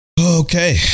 okay